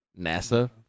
NASA